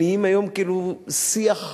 נהיים היום כאילו שיח ברור.